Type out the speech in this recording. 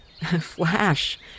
Flash